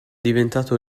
diventato